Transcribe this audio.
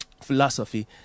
philosophy